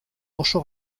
oso